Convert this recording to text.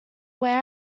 wear